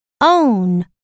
Own